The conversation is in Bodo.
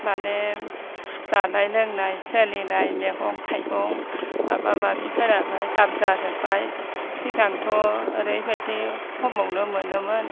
माने जानाय लोंनाय सोलिनाय मैगं थाइगं माबा माबिफोराबो दाम जाजोबबाय सिगांथ' ओरैबायदि खमावनो मोनोमोन